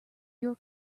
your